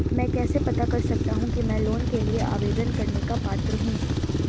मैं कैसे पता कर सकता हूँ कि मैं लोन के लिए आवेदन करने का पात्र हूँ?